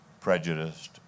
prejudiced